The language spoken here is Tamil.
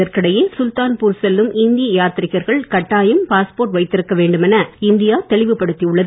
இதற்கிடையே கர்த்தார்பூர் செல்லும் இந்திய யாத்திரிகர்கள் கட்டாயம் பாஸ்போர்ட் வைத்திருக்க வேண்டும் என இந்தியா தெளிவுபடுத்தி உள்ளது